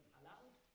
allowed